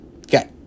Okay